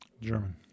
German